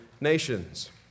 nations